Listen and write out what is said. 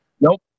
nope